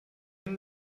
wir